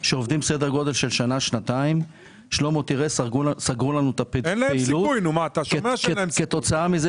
שעובדים סדר גודל של שנה-שנתיים ואומרים שסגרו להם את הפעילות כתוצאה מזה